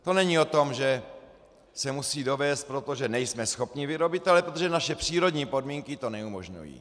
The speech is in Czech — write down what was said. To není o tom, že se musí dovézt, protože nejsme schopni vyrobit, ale protože naše přírodní podmínky to neumožňují.